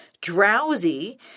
drowsy